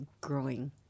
growing